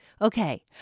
Okay